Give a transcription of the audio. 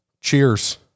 Cheers